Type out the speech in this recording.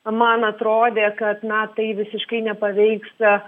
man atrodė kad na tai visiškai nepaveiks